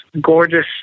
gorgeous